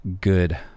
Good